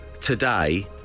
today